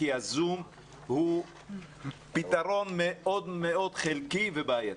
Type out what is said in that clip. ה-זום הוא פתרון מאוד מאוד חלקי ובעייתי.